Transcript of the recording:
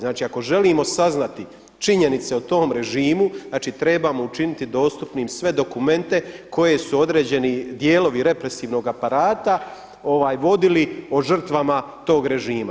Znači ako želimo saznati činjenice o tom režimu znači trebamo učiniti dostupnim sve dokumente koji su određeni dijelovi represivnog aparata vodili o žrtvama tog režima.